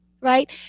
right